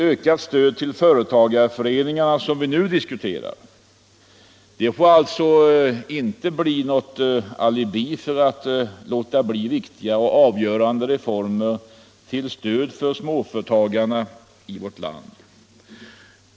Ökat stöd till företagareföreningarna, som vi nu diskuterar, får alltså inte vara något alibi för att låta bli viktiga och avgörande ” 101 reformer till stöd för småföretagarna i landet.